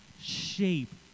shape